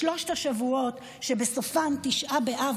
בשלושת השבועות שבסופם תשעה באב,